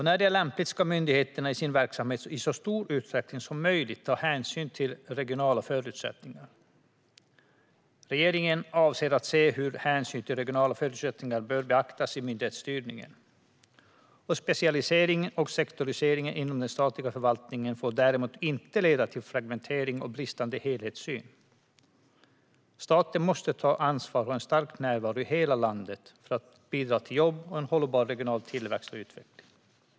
När det är lämpligt ska myndigheterna i sin verksamhet i så stor utsträckning som möjligt ta hänsyn till regionala förutsättningar. Regeringen avser att se över hur hänsyn till regionala förutsättningar bör beaktas i myndighetsstyrning. Specialiseringen och sektoriseringen inom den statliga förvaltningen får däremot inte leda till fragmentering och bristande helhetssyn. Staten måste ta ansvar och ha en stark närvaro i hela landet för att bidra till jobb och en hållbar regional tillväxt och utveckling.